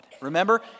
Remember